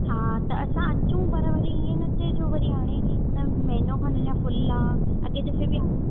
हा त असां अचूं पर वरी ईंअ न थे जो वरी हाणे हिन महिनो खनि अञा फुल आ अॻे दफ़े बि आयो